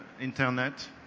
internet